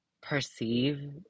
perceive